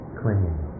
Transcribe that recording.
clinging